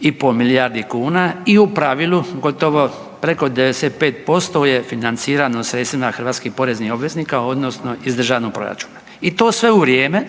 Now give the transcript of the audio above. i pol milijardi kuna i u pravilu gotovo preko 95% je financirano sredstvima hrvatskih poreznih obveznika odnosno iz državnog proračuna i to sve u vrijeme